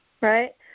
right